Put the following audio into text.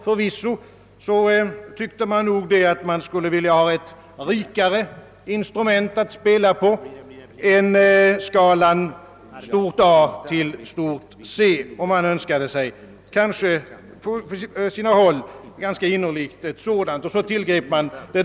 Förvisso vore det önskvärt med ett fulllödigare instrument att spela på än enbart skalan A till C. Man önskade också på sina håll innerligt ett sådant instrument.